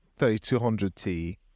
3200T